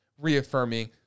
reaffirming